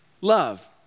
love